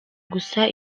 gusa